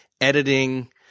editing